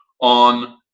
on